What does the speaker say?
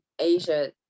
Asia